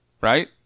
right